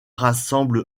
rassemble